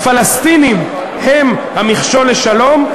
הפלסטינים הם המכשול לשלום,